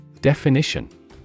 Definition